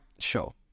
show